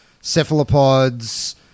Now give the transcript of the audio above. cephalopods